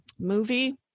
movie